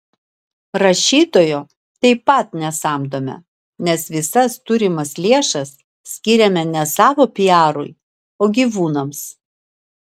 rašytojo taip pat nesamdome nes visas turimas lėšas skiriame ne savo piarui o gyvūnams